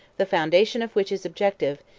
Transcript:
the foundation of which is objective,